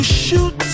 shoot